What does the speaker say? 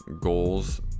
goals